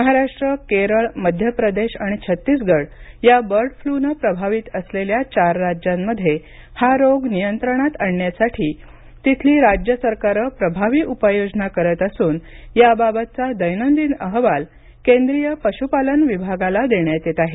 महाराष्ट्र केरळ मध्य प्रदेश आणि छत्तीसगड या बर्ड फ्लूनं प्रभावित असलेल्या चार राज्यांमध्ये हा रोग नियंत्रणात आणण्यासाठी तिथली राज्य सरकारे प्रभावी उपाय योजना करत असून याबाबतचा दैनंदिन अहवाल केंद्रीय पशुपालन विभागाला देण्यात येत आहे